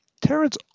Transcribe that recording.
Terence